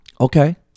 Okay